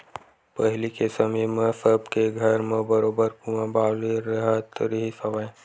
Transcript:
पहिली के समे म सब के घर म बरोबर कुँआ बावली राहत रिहिस हवय